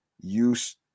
use